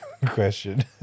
Question